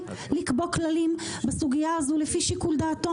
לקבוע כללים בסוגיה הזו לפי שיקול דעתו?